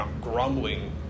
grumbling